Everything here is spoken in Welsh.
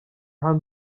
rhan